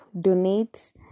donate